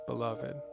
Beloved